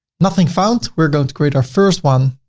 nothing found. we're going to grade our first one.